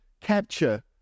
capture